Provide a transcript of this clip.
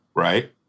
Right